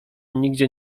nigdzie